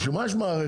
בשביל מה יש מערכת?